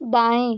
दाऐं